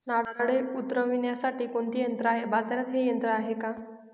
नारळे उतरविण्यासाठी कोणते यंत्र आहे? बाजारात हे यंत्र आहे का?